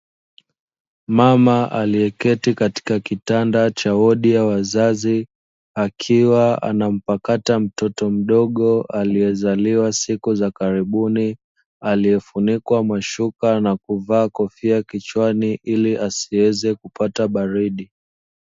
Mama aliyeketi katika kitanda cha wodi ya wazazi, akiwa anampakata mtoto mdogo aliyezaliwa siku za karibuni, aliyefunikwa mashuka na kuvaa kofia kichwani, ili asiweze kupata baridi.